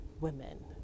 women